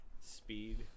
speed